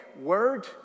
word